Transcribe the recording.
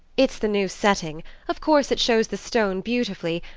it's the new setting of course it shows the stone beautifully,